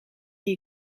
die